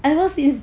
ever since